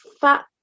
fat